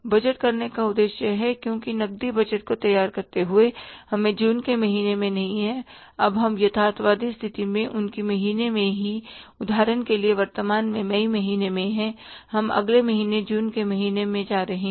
budget करने का उद्देश्य है क्योंकि नकदी बजट को तैयार करते हुए हम जून के महीने में नहीं है अब हम यथार्थवादी स्थिति में उनकी महीने में है उदाहरण के लिए वर्तमान में मई महीने में है हम अगले महीने जून के महीने में जा रहे हैं